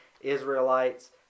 Israelites